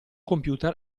computer